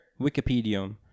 wikipedia